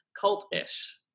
Cult-ish